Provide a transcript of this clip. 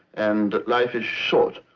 and life is short.